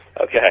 Okay